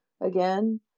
again